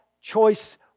choice